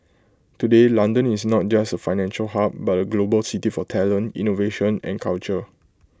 today London is not just A financial hub but A global city for talent innovation and culture